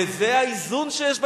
וזה האיזון שיש בתקשורת.